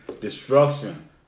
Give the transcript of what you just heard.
destruction